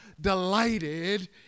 delighted